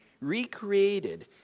recreated